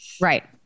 Right